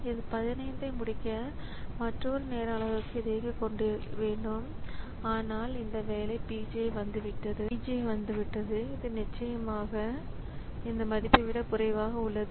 இந்த 15 ஐ முடிக்க மற்றொரு நேர அலகுக்கு இது இயங்க வேண்டும் ஆனால் இந்த வேலை P j வந்துவிட்டது இது நிச்சயமாக இந்த மதிப்பை விட குறைவாக உள்ளது